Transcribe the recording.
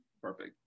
Perfect